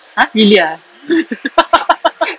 !huh! really ah